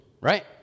right